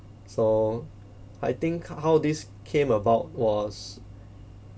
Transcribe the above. so I think h~ how this came about was